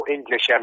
English